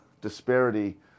disparity